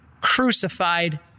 crucified